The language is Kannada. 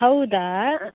ಹೌದಾ